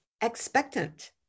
expectant